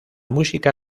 música